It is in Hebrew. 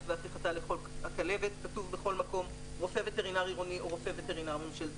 כתוב בכל מקום "רופא וטרינר עירוני או ממשלתי".